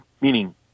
meaning